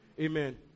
Amen